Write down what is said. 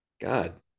God